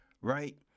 right